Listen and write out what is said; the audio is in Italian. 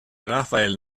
rafael